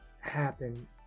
happen